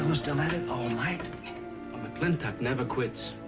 still at it all night? a mclintock never quits,